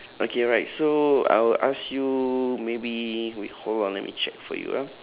okay right so I will ask you maybe wait hold on let me check for you ah